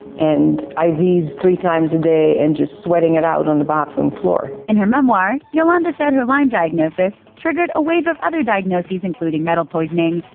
and ivs three times a day and just sweating it out on the bathroom floor. in her memoir, yolanda said her lyme diagnosis triggered a wave of other diagnoses including metal poisoning,